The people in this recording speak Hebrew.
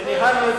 שניהלנו,